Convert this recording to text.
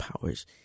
powers